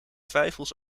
twijfels